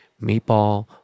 meatball